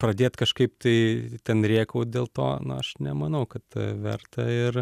pradėt kažkaip tai ten rėkaut dėl to na aš nemanau kad verta ir